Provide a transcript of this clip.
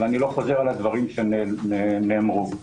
ואני לא חוזר על הדברים שנאמרו פה.